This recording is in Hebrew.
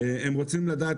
אנחנו רוצים שזה יהיה הפוך,